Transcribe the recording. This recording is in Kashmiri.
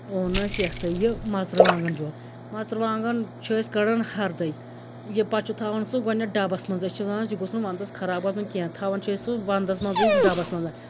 اوٚن اَسہِ یہِ ہَسا یہِ مَژرٕوانٛگن بیول مَژرٕوانٛگن چھِ أسۍ کَڑان ہردَے یہِ پَتہٕ چھُ تھاوان سُہ گۄڈنٮ۪تھ ڈَبَس مَنٛز أسۍ چھِ ونان یہِ گوٚژھ نہٕ وندَس خراب گَژھُن کینٛہہ تھاوان چھِ أسۍ سُہ وندس مَنزٕے ڈَبَس مَنز